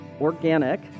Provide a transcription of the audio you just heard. organic